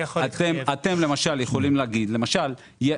היום,